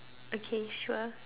okay sure